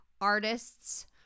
artists